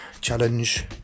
challenge